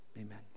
amen